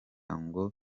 ngo